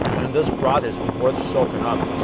and this broth is worth soaking up